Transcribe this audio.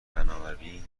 بنابراین